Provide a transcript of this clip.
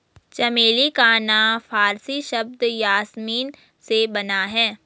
चमेली का नाम फारसी शब्द यासमीन से बना है